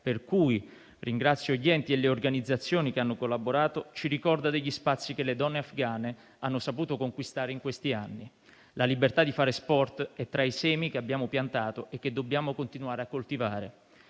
per cui ringrazio gli enti e le organizzazioni che hanno collaborato, ci ricorda gli spazi che le donne afghane hanno saputo conquistare in questi anni. La libertà di fare sport è tra i semi che abbiamo piantato e che dobbiamo continuare a coltivare.